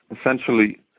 Essentially